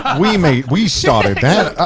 ah we made, we started that.